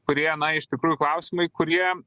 kurie na iš tikrųjų klausimai kurie